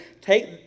take